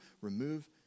remove